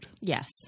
Yes